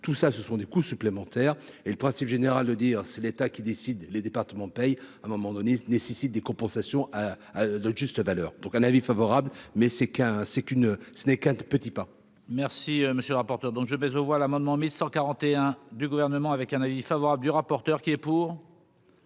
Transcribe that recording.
tout ça ce sont des coûts supplémentaires, et le principe général de le dire, c'est l'état qui décide les départements payent à un moment donné, nécessite des compensations à leur juste valeur, donc un avis favorable mais c'est qu'un c'est une ce n'est qu'un petit pas. Merci, monsieur le rapporteur, donc je vais aux voix l'amendement 1141 du gouvernement avec un avis favorable du rapporteur qui est pour.